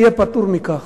יהיה פטור מכך.